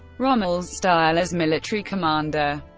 rommel's style as military commander